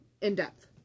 in-depth